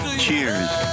Cheers